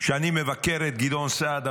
אני מבקר את גדעון סער,